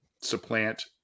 supplant